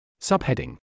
Subheading